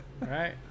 right